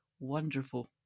Wonderful